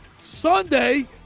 Sunday